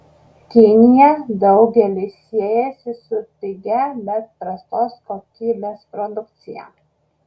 kinija daugeliui siejasi su pigia bet prastos kokybės produkcija